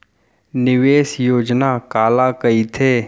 निवेश योजना काला कहिथे?